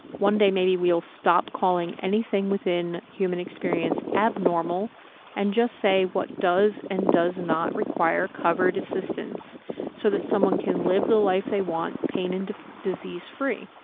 one day maybe we'll stop calling anything within human experience experience abnormal and just say what does and does not require covered assistance so that someone can live the life they want pain and disease free.